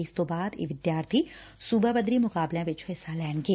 ਇਸ ਤੋ ਬਾਅਦ ਇਹ ਵਿਦਿਆਰਥੀ ਸੁਬਾ ਪੱਧਰੀ ਮੁਕਾਬਲਿਆਂ ਵਿਚ ਹਿੱਸਾ ਲੈਣਗੇ